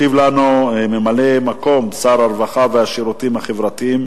ישיב לנו ממלא-מקום שר הרווחה והשירותים החברתיים,